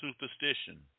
superstition